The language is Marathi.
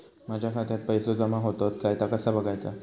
माझ्या खात्यात पैसो जमा होतत काय ता कसा बगायचा?